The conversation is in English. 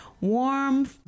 warm